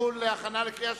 55 בעד, אחד נגד,